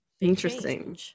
interesting